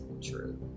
true